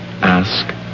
ask